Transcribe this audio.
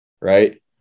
Right